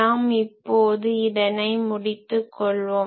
நாம் இப்போது இதனை முடித்துக்கொள்வோம்